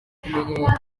kumenya